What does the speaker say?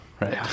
right